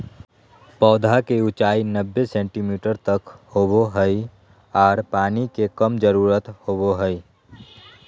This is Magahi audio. पौधा के ऊंचाई नब्बे सेंटीमीटर तक होबो हइ आर पानी के कम जरूरत होबो हइ